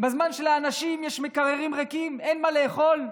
בזמן שלאנשים יש מקררים ריקים, אין מה לאכול?